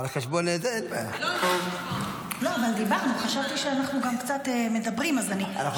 על חשבון, אין בעיה.